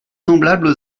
semblables